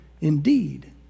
indeed